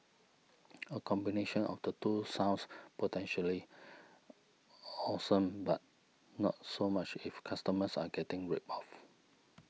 a combination of the two sounds potentially awesome but not so much if customers are getting ripped off